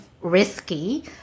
risky